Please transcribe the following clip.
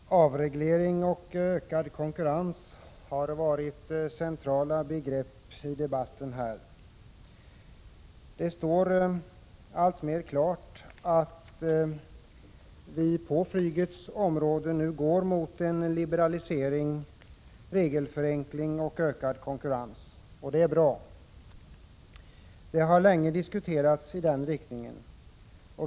Herr talman! Avregleringar och ökad konkurrens har varit centrala begrepp i debatten. Det står allt klarare att vi på flygets område går mot en liberalisering, regelförenkling och ökad konkurrens. Det är bra! Det har länge diskuterats i den riktningen.